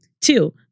Two